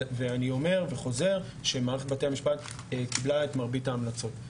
ואני חוזר ואומר שמערכת בתי המשפט קיבלה את מרבית ההמלצות.